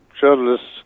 journalists